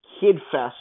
kid-fest